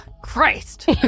Christ